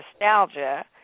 nostalgia